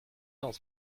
dans